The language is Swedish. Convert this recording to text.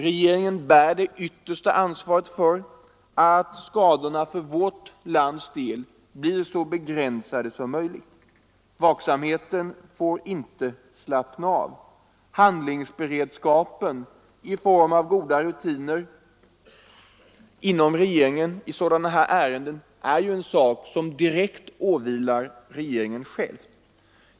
Regeringen bär det yttersta ansvaret för att skadorna för vårt lands del blir så begränsade som möjligt. Vaksamheten får inte slappna av. Handlingsberedskapen i form av goda rutiner inom regeringen i sådana här ärenden är en sak som direkt åvilar regeringen själv.